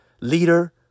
leader